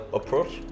approach